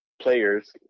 players